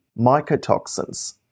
mycotoxins